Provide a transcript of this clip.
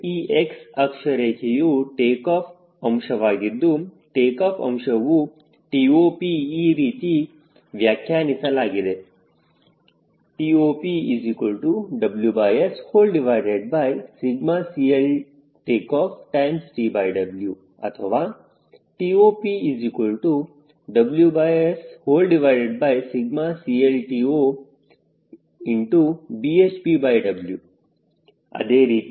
ಈ x ಅಕ್ಷರೇಖೆಯು takeoff ಅಂಶವಾಗಿದ್ದು ಟೇಕಾಫ್ ಅಂಶವು TOP ಈ ರೀತಿ ವ್ಯಾಖ್ಯಾನಿಸಲಾಗಿದೆ TOPWSCLTOTW ಅಥವಾ TOPWSCLTOBHPW ಅದೇ ರೀತಿ